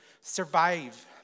survive